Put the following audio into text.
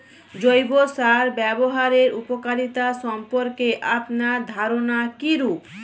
জৈব সার ব্যাবহারের উপকারিতা সম্পর্কে আপনার ধারনা কীরূপ?